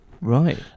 right